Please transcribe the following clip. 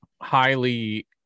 highly